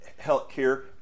healthcare